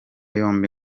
yombi